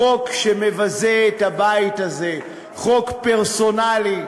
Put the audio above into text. חוק שמבזה את הבית הזה, חוק פרסונלי,